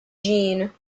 jeanne